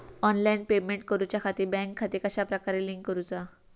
Online payment करुच्याखाती bank खाते कश्या प्रकारे लिंक करुचा?